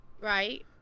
right